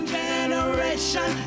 generation